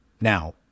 now